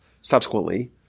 subsequently